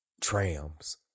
trams